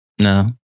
No